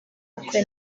ubukwe